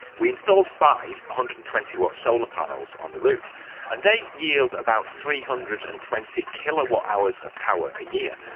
we installed five one hundred and twenty watt solar panels on the roof and they yield about three hundred and twenty kilowatt hours of power a year.